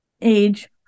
age